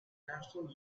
national